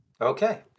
Okay